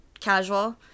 casual